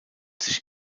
sich